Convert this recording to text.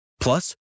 Plus